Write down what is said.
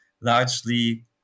largely